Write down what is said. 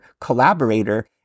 collaborator